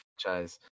franchise